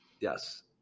Yes